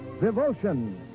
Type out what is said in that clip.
Devotion